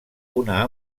una